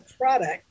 product